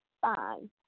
fine